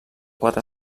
quatre